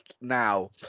now